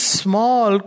small